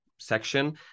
section